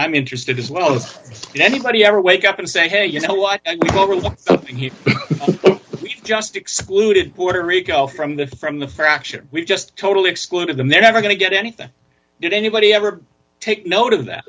i'm interested as well as anybody ever wake up and say hey you know what he just excluded puerto rico from the from the fraction we've just totally excluded them they're never going to get anything did anybody ever take note of that